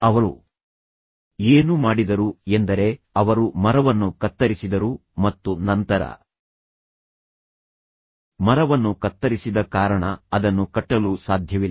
ಆದ್ದರಿಂದ ಅವರು ಏನು ಮಾಡಿದರು ಎಂದರೆ ಅವರು ಮರವನ್ನು ಕತ್ತರಿಸಿದರು ಮತ್ತು ನಂತರ ಮರವನ್ನು ಕತ್ತರಿಸಿದ ಕಾರಣ ಅದನ್ನು ಕಟ್ಟಲು ಸಾಧ್ಯವಿಲ್ಲ